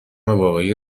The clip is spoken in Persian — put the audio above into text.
واقعی